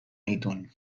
nituen